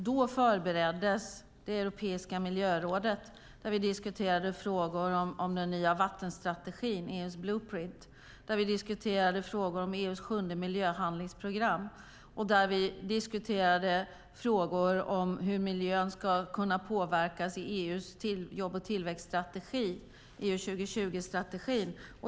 Då förbereddes miljörådet där vi diskuterade den nya vattenstrategin, EU:s blueprint, EU:s sjunde miljöhandlingsprogram och hur miljön ska kunna påverkas i EU:s jobb och tillväxtstrategi, EU 2020.